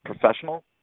professional